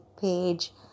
page